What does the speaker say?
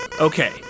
Okay